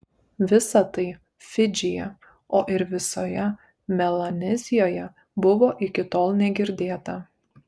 visa tai fidžyje o ir visoje melanezijoje buvo iki tol negirdėta